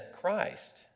Christ